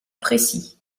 précis